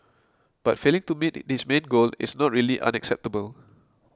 but failing to meet this main goal is not really unacceptable